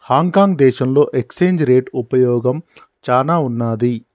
Hong Kong దేశంలో exchange rate ఉపయోగం చానా ఉన్నాది